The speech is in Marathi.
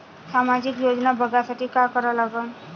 सामाजिक योजना बघासाठी का करा लागन?